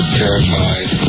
terrified